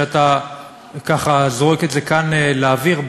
שאתה ככה זורק את זה כאן לאוויר,